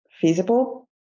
feasible